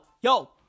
yo